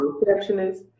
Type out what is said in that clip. receptionist